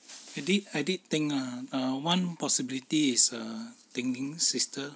I did I did think ah err one possibility is err ding ying's sister